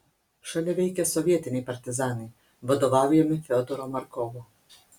šalia veikia sovietiniai partizanai vadovaujami fiodoro markovo